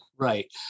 Right